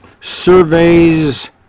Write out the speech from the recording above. Surveys